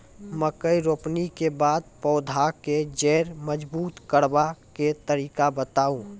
मकय रोपनी के बाद पौधाक जैर मजबूत करबा के तरीका बताऊ?